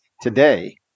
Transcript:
today